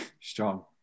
Strong